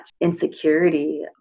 insecurity